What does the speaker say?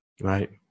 Right